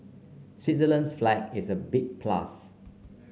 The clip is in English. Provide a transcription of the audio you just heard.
Switzerland's flag is a big plus